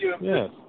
Yes